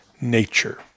nature